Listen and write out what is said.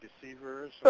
deceivers